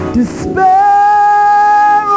Despair